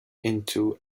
into